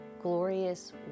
glorious